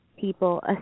people